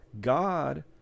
God